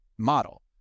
model